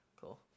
cool